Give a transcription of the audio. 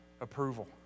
approval